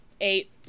eight